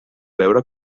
veure